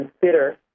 consider